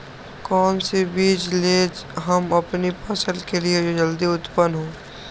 कौन सी बीज ले हम अपनी फसल के लिए जो जल्दी उत्पन हो?